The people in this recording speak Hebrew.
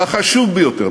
החשוב ביותר,